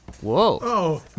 Whoa